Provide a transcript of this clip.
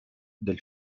del